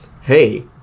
hey